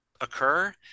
occur